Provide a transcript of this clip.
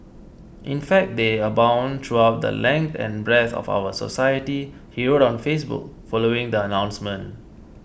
in fact they abound throughout the length and breadth of our society he wrote on Facebook following the announcement